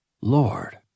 Lord